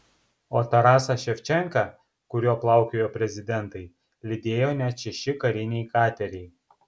o tarasą ševčenką kuriuo plaukiojo prezidentai lydėjo net šeši kariniai kateriai